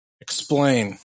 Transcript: Explain